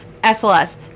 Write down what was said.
SLS